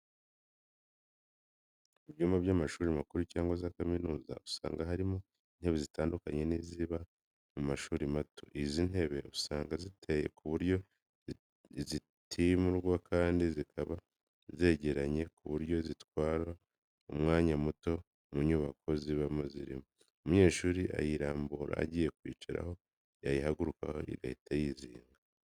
Mu byumba by'amashuri makuru cyangwa za kaminuza, usanga harimo intebe zitandukanye n'iziba mu mashuri mato. Izi ntebe usanga ziteye ku buryo zitimurwa kandi zikaba zegeranye ku buryo zitwara umwanya muto mu nyubako ziba zirimo. Umunyeshuri ayirambura agiye kuyicaraho, yayihagurukaho igahita yizinga.